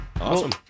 Awesome